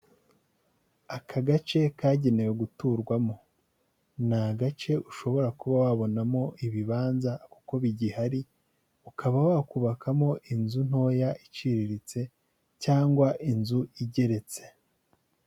Aka gace kagenewe guturwamo, ni agace ushobora kuba wabonamo ibibanza kuko bigihari, ukaba wakubakamo inzu ntoya iciriritse cyangwa inzu igeretse.